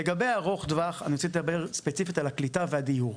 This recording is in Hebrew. לגבי ארוך טווח אני רוצה לדבר ספציפית על הקליטה והדיור.